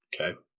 Okay